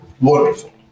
wonderful